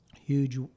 huge